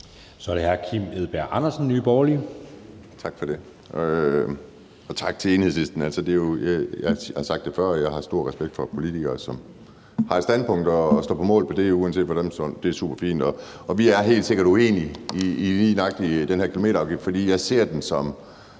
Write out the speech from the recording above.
Kl. 14:29 Kim Edberg Andersen (NB): Tak for det, og tak til Enhedslisten, og jeg har sagt det før: Jeg har stor respekt for politikere, som har et standpunkt, og som står på mål for det uanset hvad, og det er superfint, og vi er helt sikkert uenige i lige nøjagtig den her kilometerafgift. For jeg ser den